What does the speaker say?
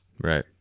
Right